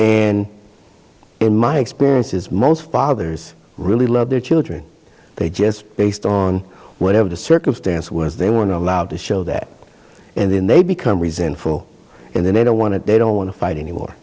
and in my experience is most fathers really love their children they just based on whatever the circumstance was they were not allowed to show that and then they become resentful and then they don't want to they don't want to fight anymore